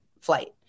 flight